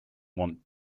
want